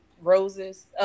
roses